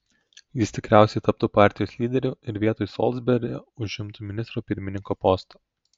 jis tikriausiai taptų partijos lyderiu ir vietoj solsberio užimtų ministro pirmininko postą